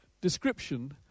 description